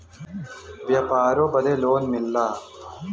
व्यापारों बदे लोन मिलला